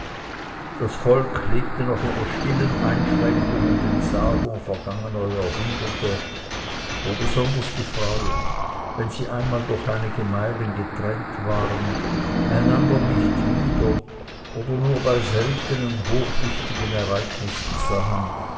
das volk lebte noch in der stillen einschränkung und entsagung vergangener jahrhunderte wo besonders die frauen wenn sie einmal durch einige meilen getrennt waren einander nicht wieder oder nur bei seltenen hochwichtigen ereignissen sahen